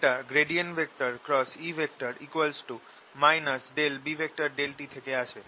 এটা E B∂t থেকে আসে